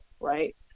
right